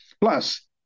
Plus